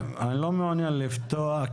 אני לא מעוניין לפתוח,